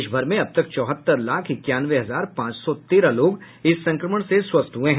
देश भर में अब तक चौहत्तर लाख इक्यानवे हजार पांच सौ तेरह लोग इस संक्रमण से स्वस्थ हुए हैं